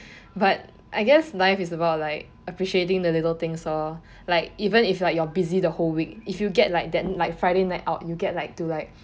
but I guess life is about like appreciating the little things lor like even if like you are busy the whole week if you get like that friday night out you get like to like